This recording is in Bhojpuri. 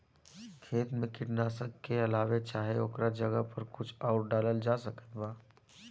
खेत मे कीटनाशक के अलावे चाहे ओकरा जगह पर कुछ आउर डालल जा सकत बा?